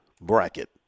bracket